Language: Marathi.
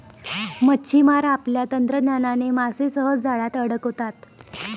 मच्छिमार आपल्या तंत्रज्ञानाने मासे सहज जाळ्यात अडकवतात